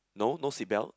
no no seat belt